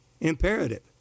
imperative